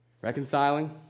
Reconciling